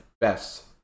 best